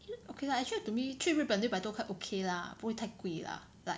actually okay lah actually to me 去日本六百多块 okay lah 不会太贵 lah like